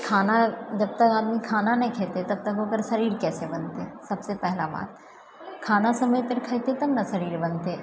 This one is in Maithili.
खाना जबतक आदमी खाना नहि खेतए तबतक ओकर शरीर कैसे बनतै सबसँ पहिला बात खाना समय पर खैते तब ने शरीर बनतै